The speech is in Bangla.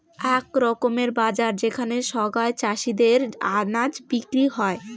আক রকমের বাজার যেখানে সোগায় চাষীদের আনাজ বিক্রি হউ